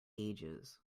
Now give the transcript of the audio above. ages